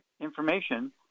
information